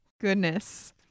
goodness